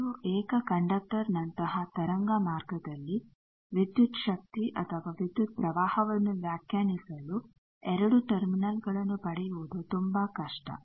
2 ಏಕ ಕಂಡಕ್ಟರ್ ನಂತಹ ತರಂಗ ಮಾರ್ಗದಲ್ಲಿ ವಿದ್ಯುತ್ ಶಕ್ತಿ ಅಥವಾ ವಿದ್ಯುತ್ ಪ್ರವಾಹವನ್ನು ವ್ಯಾಖ್ಯಾನಿಸಲು 2 ಟರ್ಮಿನಲ್ಗಳನ್ನು ಪಡೆಯುವುದು ತುಂಬಾ ಕಷ್ಟ